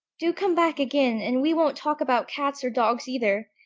do come back again, and we won't talk about cats or dogs either,